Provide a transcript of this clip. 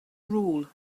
rule